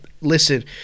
listen